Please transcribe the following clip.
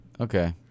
Okay